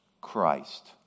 Christ